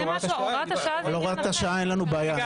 הוראת השעה זה משהו אחר.